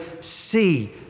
see